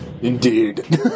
Indeed